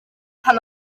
pan